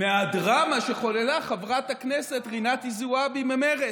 מהדרמה שחוללה חברת הכנסת רינאוי זועבי ממרצ.